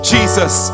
Jesus